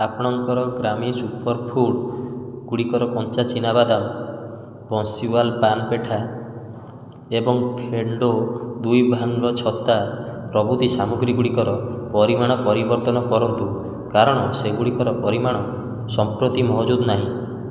ଆପଣଙ୍କର ଗ୍ରାମି ସୁପରଫୁଡ଼ ଗୁଡ଼ିକର କଞ୍ଚା ଚିନା ବାଦାମ ବଂଶୀୱାଲା ପାନ୍ ପେଠା ଏବଂ ଫେଣ୍ଡୋ ଦୁଇ ଭାଙ୍ଗ ଛତା ପ୍ରଭୃତି ସାମଗ୍ରୀ ଗୁଡ଼ିକର ପରିମାଣ ପରିବର୍ତ୍ତନ କରନ୍ତୁ କାରଣ ସେଗୁଡ଼ିକର ପରିମାଣ ସମ୍ପ୍ରତି ମହଜୁଦ ନାହିଁ